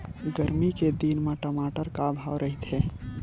गरमी के दिन म टमाटर का भाव रहिथे?